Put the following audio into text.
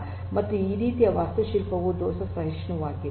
ಮತ್ತು ಈ ರೀತಿಯ ವಾಸ್ತುಶಿಲ್ಪವು ದೋಷ ಸಹಿಷ್ಣುವಾಗಿದೆ